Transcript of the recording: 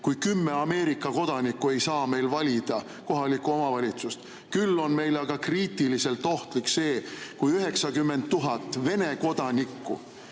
kui kümme Ameerika kodanikku ei saa meil valida kohalikku omavalitsust. Küll on meile aga kriitiliselt ohtlik see, kui 90 000 Venemaa kodanikku